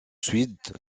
suite